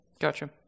Gotcha